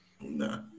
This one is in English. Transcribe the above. No